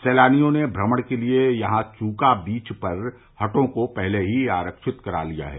सैलानियों ने भ्रमण के लिए यहां चूका बीच पर हटों को पहले ही आरक्षित करा लिया है